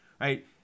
right